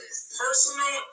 Personal